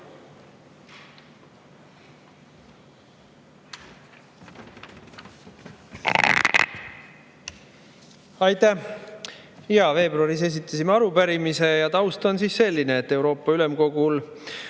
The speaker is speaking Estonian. Aitäh! Jaa, veebruaris esitasime arupärimise. Ja taust on selline, et Euroopa Ülemkogu